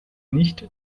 nicht